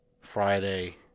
Friday